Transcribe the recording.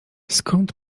skąd